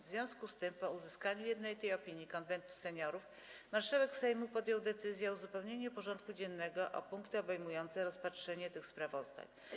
W związku z tym, po uzyskaniu jednolitej opinii Konwentu Seniorów, marszałek Sejmu podjął decyzję o uzupełnieniu porządku dziennego o punkty obejmujące rozpatrzenie tych sprawozdań.